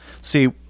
See